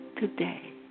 today